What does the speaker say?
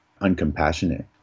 uncompassionate